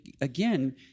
again